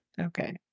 Okay